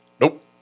nope